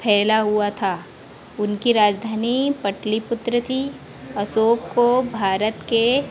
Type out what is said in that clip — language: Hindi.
फैला हुआ था उनकी राजधानी पाटलिपुत्र थी अशोक को भारत के